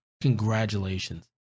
congratulations